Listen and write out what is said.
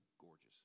gorgeous